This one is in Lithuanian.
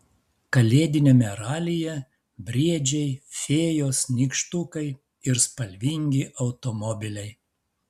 kalėdiniame ralyje briedžiai fėjos nykštukai ir spalvingi automobiliai